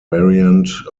variant